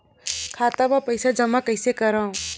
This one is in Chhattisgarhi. खाता म पईसा जमा कइसे करव?